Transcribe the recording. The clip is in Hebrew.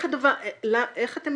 איך אתם